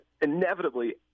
inevitably